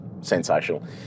sensational